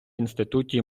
інституті